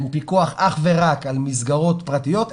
הוא פיקוח אך ורק על מסגרות פרטיות,